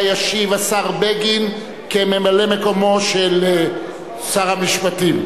שעליה ישיב השר בגין כממלא-מקומו של שר המשפטים,